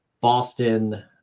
Boston